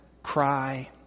cry